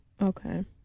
Okay